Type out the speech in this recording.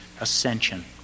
ascension